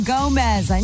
Gomez